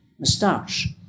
moustache